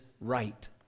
right